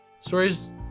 Stories